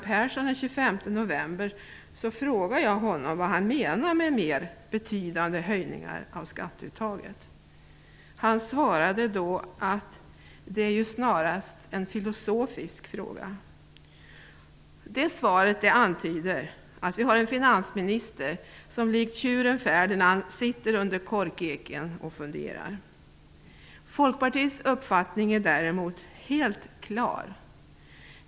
Persson den 25 november frågade jag honom vad han menade med mer betydande höjningar av skatteuttaget. Han svarade då: "Det är ju snarast en filosofisk fråga." Svaret antyder att vi har en finansminister som likt tjuren Ferdinand sitter under korkeken och funderar. Folkpartiets uppfattning är däremot helt klar.